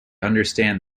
understand